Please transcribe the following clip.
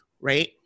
right